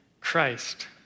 Christ